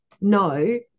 no